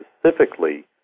specifically